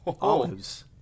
olives